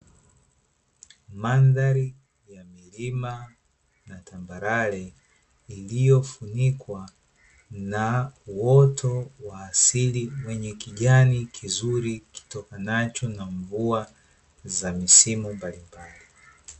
Mandhari ya milima na tambarare, iliyofunikwa na uoto wa asili wenye kijani kizuri kitokanacho na mvua, za misimu mbalimbali.